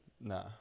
Nah